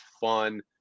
fun